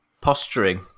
Posturing